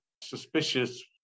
suspicious